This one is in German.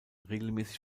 regelmäßig